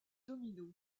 domino